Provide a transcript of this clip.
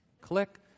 click